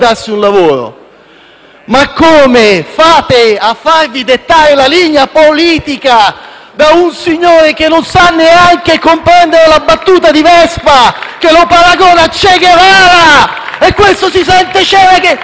Ma come fate a farvi dettare la linea politica da un signore che non sa neanche comprendere la battuta di Vespa che lo paragona a Che Guevara e lui si sente così?